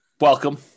Welcome